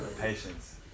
Patience